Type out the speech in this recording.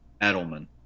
Edelman